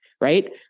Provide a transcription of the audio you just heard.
right